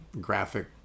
graphic